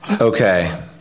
okay